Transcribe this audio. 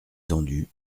tendu